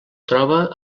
troba